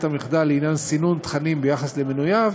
המחדל לעניין סינון תכנים ביחס למנוייו